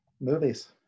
movies